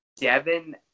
Devin